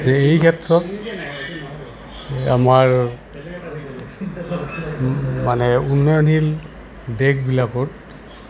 যে এই ক্ষেত্ৰত আমাৰ মানে উন্নয়নশীল দেশবিলাকত